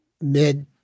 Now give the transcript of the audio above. mid